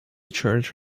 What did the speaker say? church